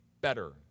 better